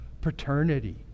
Paternity